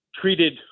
treated